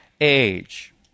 age